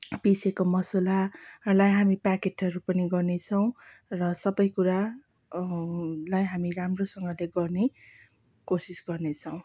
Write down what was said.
पिसेको मसालाहरलाई हामी प्याकेटहरू पनि गर्नेछौँ र सबै कुरा लाई हामी राम्रोसँगले गर्ने कोसिस गर्नेछौँ